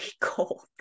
cold